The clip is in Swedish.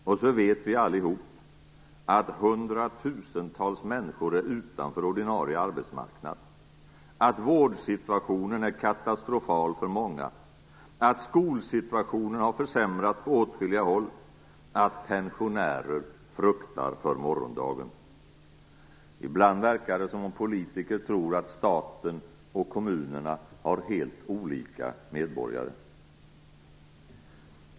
Och så vet vi allihop att hundratusentals människor är utanför ordinarie arbetsmarknad, att vårdsituationen är katastrofal för många, att skolsituationen har försämrats på åtskilliga håll, att pensionärer fruktar för morgondagen. Ibland verkar det som om politiker tror att staten och kommunerna har helt olika medborgare.